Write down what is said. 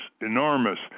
enormous